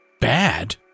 bad